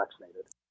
vaccinated